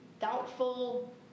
doubtful